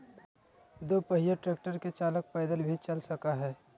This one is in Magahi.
दू पहिया ट्रेक्टर के चालक पैदल भी चला सक हई